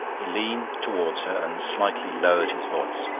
he leaned towards her and slightly lowered his voice.